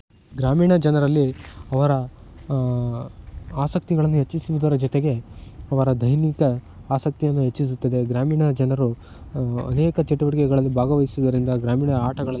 ಗ್ರಾಮೀಣ ಜನರಲ್ಲಿ ಅವರ ಆಸಕ್ತಿಗಳನ್ನು ಹೆಚ್ಚಿಸುವುದರ ಜೊತೆಗೆ ಅವರ ಧೈನಿತ್ತ ಆಸಕ್ತಿಯನ್ನು ಹೆಚ್ಚಿಸುತ್ತದೆ ಗ್ರಾಮೀಣ ಜನರು ಅನೇಕ ಚಟುವಟಿಕೆಗಳಲ್ಲಿ ಭಾಗವಹಿಸುವುದರಿಂದ ಗ್ರಾಮೀಣ ಆಟಗಳಲ್ಲಿ